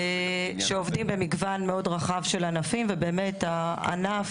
הם עובדים במגוון מאוד רחב של ענפים ובאמת הענף